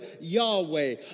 Yahweh